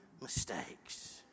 mistakes